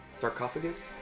Sarcophagus